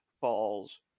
falls